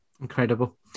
Incredible